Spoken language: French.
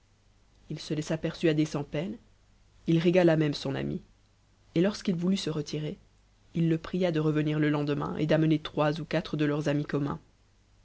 h se laissa persuader sang peine il régala même son ami et lorsqu'il voulut se retirer il le pria de revenir le lendemain et d'amener trois ou quatre de leurs amis communs